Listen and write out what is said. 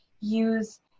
use